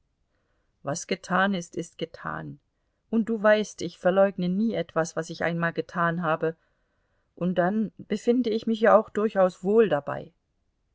was getan ist ist getan und du weißt ich verleugne nie etwas was ich einmal getan habe und dann befinde ich mich ja auch durchaus wohl dabei